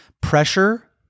pressure